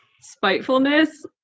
spitefulness